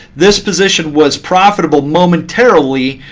this position was profitable momentarily.